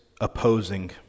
opposing